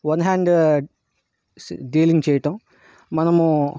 one hand dealing చేయటం మనము